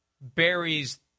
buries